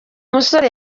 musore